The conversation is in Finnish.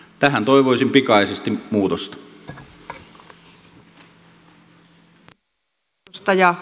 tähän toivoisin pikaisesti muutosta